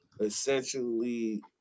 essentially